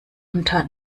unter